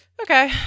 okay